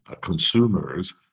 consumers